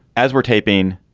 as we're taping